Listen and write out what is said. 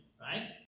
right